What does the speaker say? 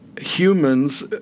humans